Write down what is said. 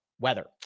weather